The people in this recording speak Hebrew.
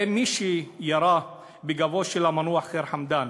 האם מי שירה בגבו של המנוח ח'יר חמדאן